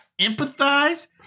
empathize